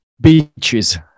Beaches